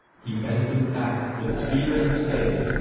he bent them back with spear and spade,